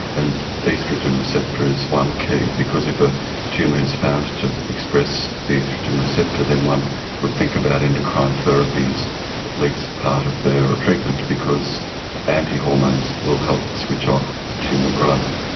and oestrogen receptor is one key, because if a tumour is found to express the oestrogen receptor then one would think about endocrine therapy as at least part of their treatment because anti-hormones will help switch off tumour growth.